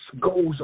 goes